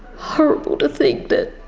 horrible to think that